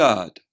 God